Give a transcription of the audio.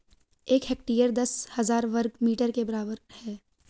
एक हेक्टेयर दस हजार वर्ग मीटर के बराबर है